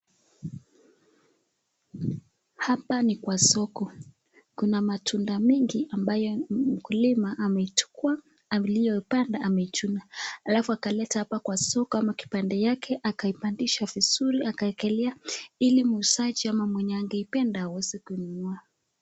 Hapa ni kwa soko kuna matunda mingi ambayo mkulima ameichukua alioipanda ameichuna alafu akaleta hapa kwa soko ama kibanda yake akaipandisha vizuri akaekelea ili muuzaji ama mwenye angeipenda aweze kununua.